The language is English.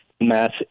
mass